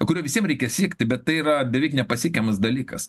kurio visiem reikia siekti bet tai yra beveik nepasiekiamas dalykas